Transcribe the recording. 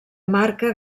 marca